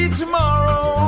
tomorrow